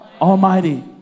almighty